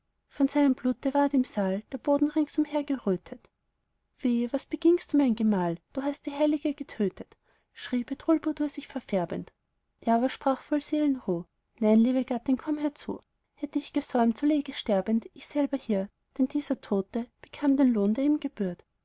von seinem blute ward im saal der boden ringsumher gerötet weh was begingst du mein gemahl du hast die heilige getötet schrie bedrulbudur sich verfärbend er aber sprach voll seelenruh nein liebe gattin komm herzu hätt ich gesäumt so läge sterbend ich selber hier denn dieser tote bekam den lohn der ihm gebührt